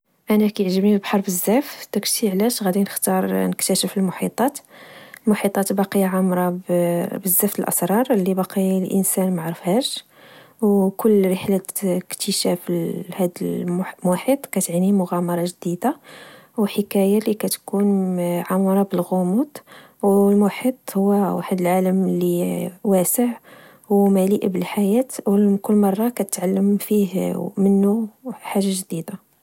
أنا كعجبني البحر بزاف، داكشي علاش غدي نختار نكتشف المحيطات. المحيطات باقية عامرة بزاف الأسرار اللي باقي الإنسان ما عرفهاش، وكل رحلة كتشافها لهاد المحيط كتعني مغامرة جديدة وحكاية لكتكون عامرة بالغموض. والمحيط هو واحد العالم اللي واسع ومليء بالحياة، وكل مرة كتعلم فيه/ منو حاجة جديدة.